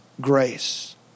grace